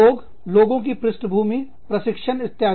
लोग लोगों की पृष्ठभूमि प्रशिक्षण इत्यादि